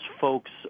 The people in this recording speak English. folks